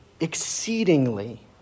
exceedingly